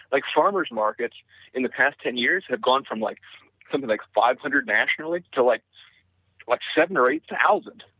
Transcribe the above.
like farmers' market in the past ten years had gone from like something like five hundred nationally to like like seven thousand or eight thousand,